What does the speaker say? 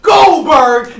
Goldberg